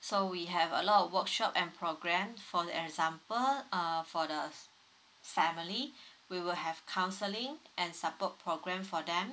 so we have a lot of workshop and program for the example err for the family we will have counselling and support program for them